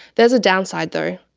there's a downside, though.